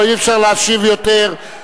לא, אי-אפשר להשיב יותר.